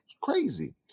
Crazy